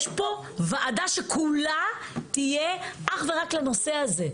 יש פה ועדה שכולה תהיה אך ורק לנושא הזה.